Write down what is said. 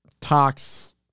Tox